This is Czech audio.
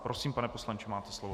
Prosím, pane poslanče, máte slovo.